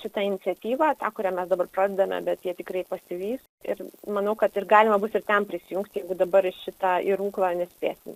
šitą iniciatyvą tą kurią mes dabar pradedame bet jie tikrai pasivys ir manau kad ir galima bus ir ten prisijungt jeigu dabar į šitą į ruklą nespėsim